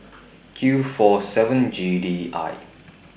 Q four seven G D I